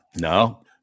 No